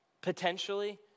potentially